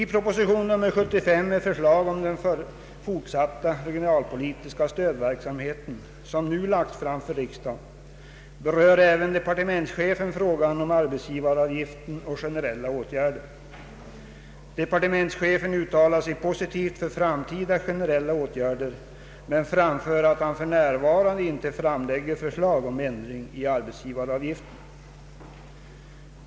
I proposition nr 75 med förslag om den fortsatta regionalpolitiska stödverksamheten som nu lagts fram för riksdagen berör även departementschefen frågan om arbetsgivaravgiften och generella åtgärder. Han uttalar sig positivt om framtida generella åtgärder men säger att han för närvarande inte framlägger förslag om någon ändring i arbetsgivaravgiften.